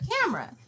camera